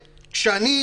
אני,